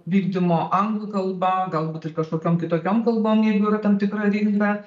vykdymo anglų kalba galbūt ir kažkokiom kitokiom kalbom jeigu yra tam tikra rinka